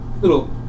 little